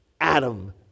Adam